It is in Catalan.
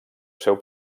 seu